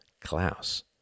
Klaus